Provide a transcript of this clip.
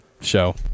show